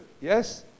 Yes